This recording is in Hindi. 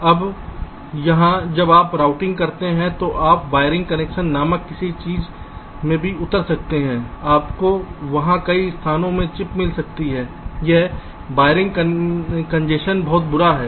अब यहाँ जब आप रूटिंग करते हैं तो आप वायरिंग कंजेशन नामक किसी चीज़ में भी उतर सकते हैं आपको वहां कई क्षेत्रों में चिप मिल सकती है जहाँ वायरिंग कंजेशन बहुत बुरा है